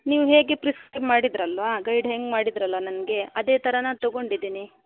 ನೀವು ಹೇಗೆ ಪ್ರಿಸ್ಕ್ ಮಾಡಿದ್ದಿರಲ್ವಾ ಗೈಡ್ ಹೆಂಗೆ ಮಾಡಿದ್ರಲ್ಲ ನನಗೆ ಅದೇ ಥರ ನಾನು ತೊಗೊಂಡಿದೀನಿ